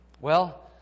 Well